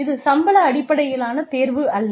இது சம்பள அடிப்படையிலான தேர்வு அல்ல